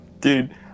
Dude